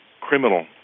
criminal